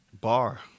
Bar